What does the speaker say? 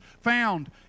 found